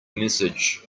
message